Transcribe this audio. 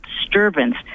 disturbance